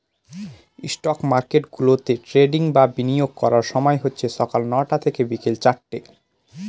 stock market গুলাতে trading বা বিনিয়োগ করার সময় হচ্ছে সকাল নটা থেকে বিকেল চারটে